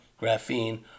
graphene